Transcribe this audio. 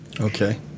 Okay